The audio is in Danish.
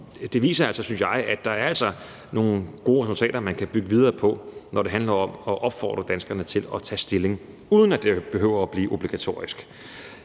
ind, viser altså, synes jeg, at der er nogle gode resultater, man kan bygge videre på, når det handler om at opfordre danskerne til at tage stilling, uden at det behøver at blive obligatorisk.